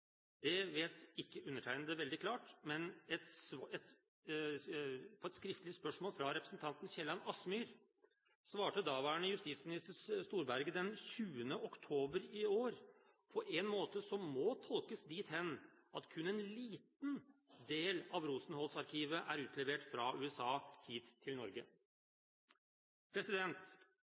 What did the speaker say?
Det vet ikke undertegnede veldig klart, men på et skriftlig spørsmål fra representanten Kielland Asmyhr svarte daværende justisminister Storberget den 20. oktober i år på en måte som må tolkes dit hen at kun en liten del av Rosenholz-arkivet er utlevert fra USA hit til